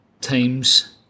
teams